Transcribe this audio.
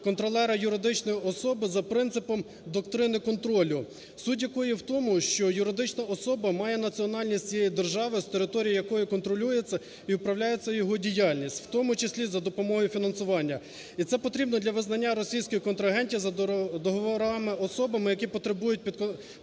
контролера юридичної особи за принципом доктрини контролю, суть якої в тому, що юридична особа має національність тієї держави, з території якої контролюється і управляється його діяльність, в тому числі за допомогою фінансування. І це потрібно для визнання російських контрагентів за договорами особами, які потребують...